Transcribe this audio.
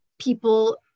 people